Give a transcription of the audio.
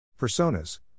Personas